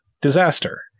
disaster